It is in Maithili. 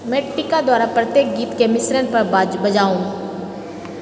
मेटिका द्वारा प्रत्येक गीतके मिश्रण पर बजाउ